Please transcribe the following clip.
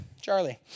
Charlie